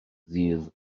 ddydd